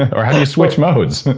or how do you switch modes?